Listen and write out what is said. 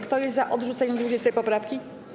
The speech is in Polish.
Kto jest za odrzuceniem 20. poprawki?